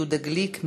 יהודה גליק,